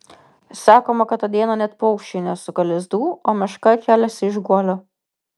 sakoma kad tą dieną net paukščiai nesuka lizdų o meška keliasi iš guolio